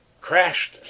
crashed